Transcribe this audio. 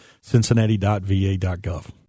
cincinnati.va.gov